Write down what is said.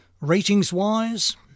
Ratings-wise